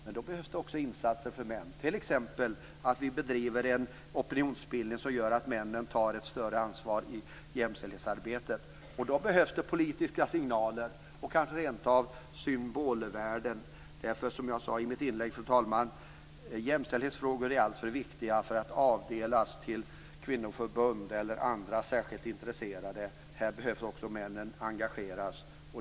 Men då behövs det också insatser för män, t.ex. att man bedriver en opinionsbildning som gör att männen tar ett större ansvar i jämställdhetsarbetet. Då behövs det politiska signaler och kanske rentav symbolvärden. Jämställdhetsfrågor är alltför viktiga för att avdelas till kvinnoförbund eller andra särskilt intresserade. Här behövs också männen engageras.